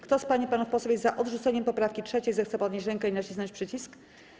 Kto z pań i panów posłów jest za odrzuceniem poprawki 3., zechce podnieść rękę i nacisnąć przycisk.